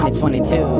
2022